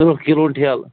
تٕرٛہ کِلوُن ٹھیلہٕ